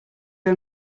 are